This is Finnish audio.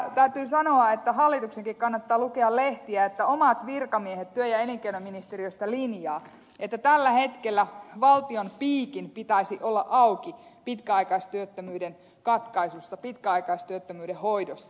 kyllä täytyy sanoa että hallituksenkin kannattaa lukea lehtiä kun omat virkamiehet työ ja elinkeinoministeriöstä linjaavat että tällä hetkellä valtion piikin pitäisi olla auki pitkäaikaistyöttömyyden katkaisussa pitkäaikaistyöttömyyden hoidossa